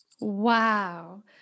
Wow